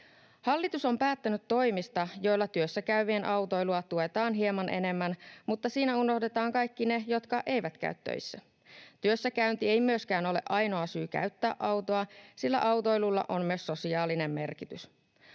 Hallitus on päättänyt toimista, joilla työssäkäyvien autoilua tuetaan hieman enemmän, mutta siinä unohdetaan kaikki ne, jotka eivät käy töissä. Työssäkäynti ei myöskään ole ainoa syy käyttää autoa, sillä autoilulla on myös sosiaalinen merkitys.